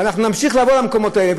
ואנחנו נמשיך לבוא למקומות האלה,